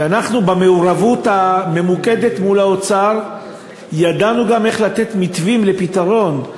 ואנחנו במעורבות הממוקדת מול האוצר ידענו גם איך לתת מתווים לפתרון.